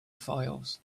files